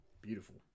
beautiful